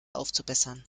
aufzubessern